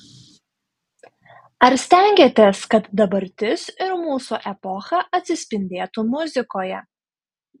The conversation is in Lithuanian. ar stengiatės kad dabartis ir mūsų epocha atsispindėtų muzikoje